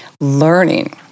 learning